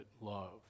love